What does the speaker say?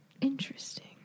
Interesting